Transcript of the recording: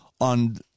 on